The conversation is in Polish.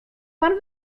pan